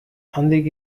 handik